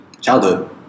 childhood